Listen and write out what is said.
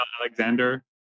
Alexander